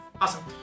Awesome